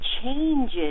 Changes